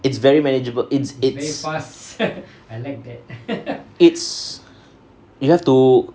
it's very manageable it's it's it's you have to